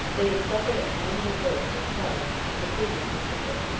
they had suffered a minor reverse at chatham in the previous december.